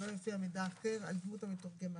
שלא יופיע מידע אחר על דמות המתורגמן.